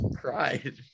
cried